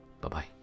Bye-bye